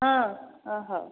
ହଁ ଓ ହଉ